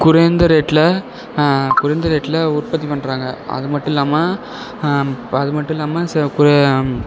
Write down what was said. குறைந்த ரேட்டில் குறைந்த ரேட்டில் உற்பத்தி பண்ணுறாங்க அது மட்டும் இல்லாம இப்போ அது மட்டும் இல்லாம சிறப்பு